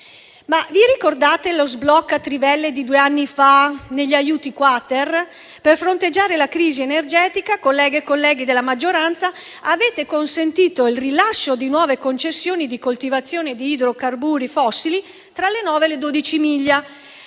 Vi ricordate lo sblocca trivelle di due anni fa nel decreto aiuti-*quater*? Per fronteggiare la crisi energetica, colleghe e colleghi della maggioranza, avete consentito il rilascio di nuove concessioni di coltivazione di idrocarburi fossili tra le 9 e le 12 miglia.